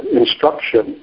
instruction